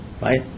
right